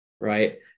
Right